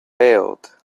failed